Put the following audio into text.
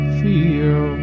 feel